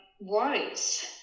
worries